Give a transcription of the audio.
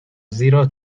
زیرا